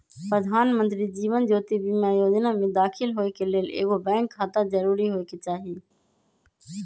प्रधानमंत्री जीवन ज्योति बीमा जोजना में दाखिल होय के लेल एगो बैंक खाता जरूरी होय के चाही